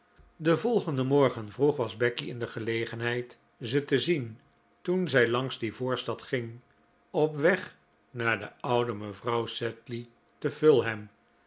den volgenden morgen vroeg was becky in de gelegenheid ze te zien toen zij langs die voorstad ging op weg naar de oude mevrouw sedley te fulham